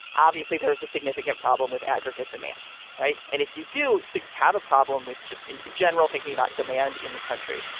obviously, there is a significant problem with aggregate demand. right. and if you do so have a problem with just in general thinking about demand in the country,